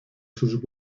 sus